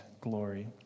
glory